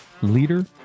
leader